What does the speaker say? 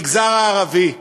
המגזר הערבי,